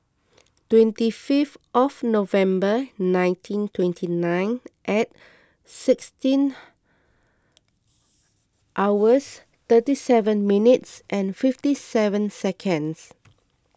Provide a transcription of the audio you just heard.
twenty fifth of November nineteen twenty nine and sixteen hours thirty seven minutes and fifty seven seconds